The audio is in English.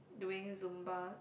doing zumba